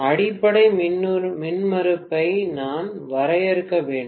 அடிப்படை மின்மறுப்பை நாம் வரையறுக்க வேண்டும்